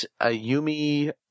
Ayumi